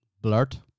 Blurt